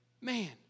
man